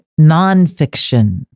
nonfiction